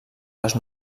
les